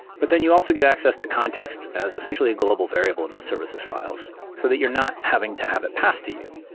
but then you also get access to context as essentially a global variable in those services files so that you're not having to have it passed to you.